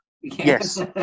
Yes